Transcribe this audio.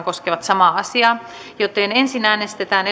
koskevat samaa määrärahaa ensin äänestetään